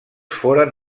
foren